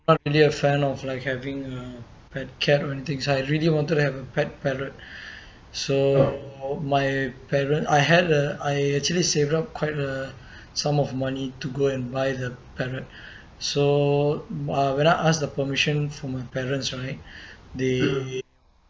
not really a fan of like having a pet cat or anything so I really want to have a pet parrot so my parents I had a I actually saved up quite a sum of money to go and buy the parrot so uh when I ask the permission from my parents right they